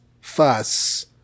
fuss